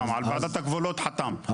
על ועדת הגבולות חתם.